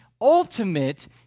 ultimate